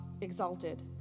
exalted